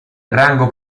rango